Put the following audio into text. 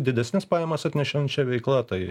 didesnes pajamas atnešančia veikla tai